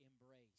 embrace